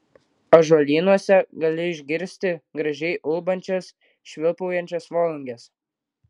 ąžuolynuose gali išgirsti gražiai ulbančias švilpaujančias volunges